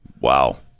wow